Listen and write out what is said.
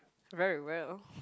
very well